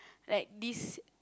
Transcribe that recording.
like this